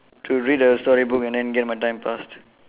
to read a story book and then get my time passed